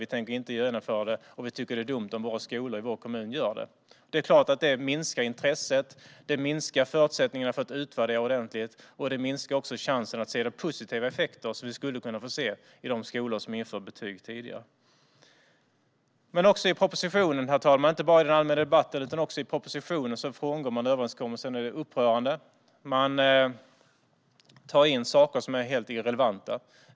Vi tänker inte genomföra det, och vi tycker att det är dumt om skolor i vår kommun gör det. Det minskar såklart intresset. Det minskar förutsättningarna att utvärdera ordentligt, och det minskar chansen att se de positiva effekterna i skolor som inför betyg tidigare. Inte bara i den allmänna debatten, herr talman, utan också i propositionen frångår man överenskommelsen. Det är upprörande. Man tar in saker som är helt irrelevanta.